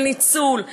של ניצול,